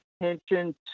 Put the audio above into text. attention